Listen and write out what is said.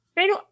Pero